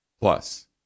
Plus